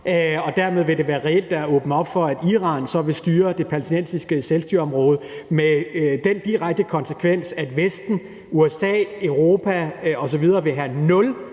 Dermed vil det reelt være at åbne op for, at Iran så vil styre det palæstinensiske selvstyreområde med den direkte konsekvens, at Vesten, altså USA og Europa osv., vil have nul